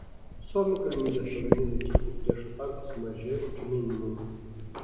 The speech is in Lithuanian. suomių galimybės pavieniui naikinti priešo tankus sumažėjo iki minimumo